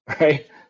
right